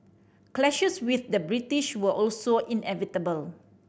clashes with the British were also inevitable